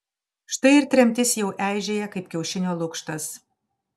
štai ir tremtis jau eižėja kaip kiaušinio lukštas